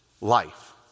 life